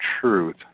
truth